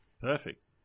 Perfect